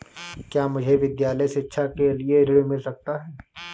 क्या मुझे विद्यालय शिक्षा के लिए ऋण मिल सकता है?